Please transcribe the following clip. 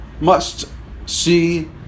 must-see